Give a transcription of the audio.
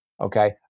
okay